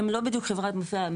הם לא בדיוק חברה מפעילה,